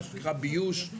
מה שנקרא ביוש,